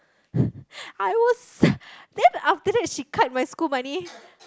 I was then after that she cut my school money